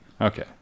Okay